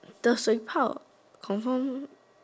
the 水泡 confirm